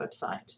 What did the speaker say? website